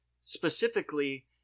specifically